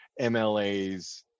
mlas